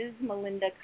Melinda